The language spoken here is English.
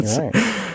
Right